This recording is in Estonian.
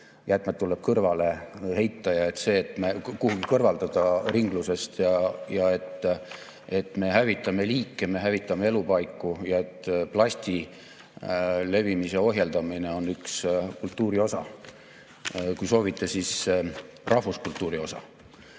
jäätmed tuleb kõrvale heita, kuhugi kõrvaldada ringlusest, ja et me hävitame liike, me hävitame elupaiku. Plasti levimise ohjeldamine on üks kultuuri osa. Kui soovite, siis rahvuskultuuri osa.